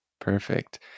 Perfect